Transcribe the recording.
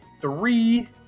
three